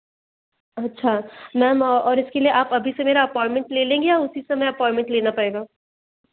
अच्छा मैम और इसके लिए आप अभी से मेरा अपॉइनमेंट ले लेंगी या उसी समय अपॉइनमेंट लेना पड़ेगा